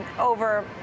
over